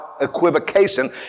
equivocation